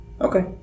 Okay